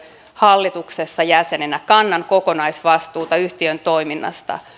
hallituksessa jäsenenä kannan kokonaisvastuuta yhtiön toiminnasta